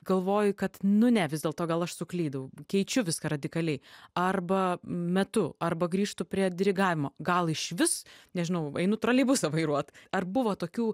galvoji kad nu ne vis dėlto gal aš suklydau keičiu viską radikaliai arba metu arba grįžtu prie dirigavimo gal išvis nežinau einu troleibusą vairuot ar buvo tokių